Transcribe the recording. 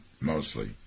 mostly